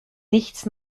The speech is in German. nichts